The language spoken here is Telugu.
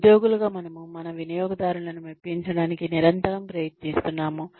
ఉద్యోగులుగా మనము మన వినియోగదారులను మెప్పించడానికి నిరంతరం ప్రయత్నిస్తున్నాము